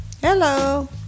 Hello